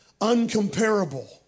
uncomparable